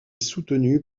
soutenue